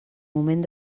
moment